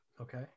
Okay